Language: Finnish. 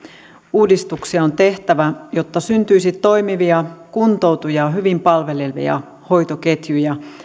uudistuksia on tehtävä jotta syntyisi toimivia kuntoutujia hyvin palvelevia hoitoketjuja